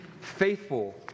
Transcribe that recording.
Faithful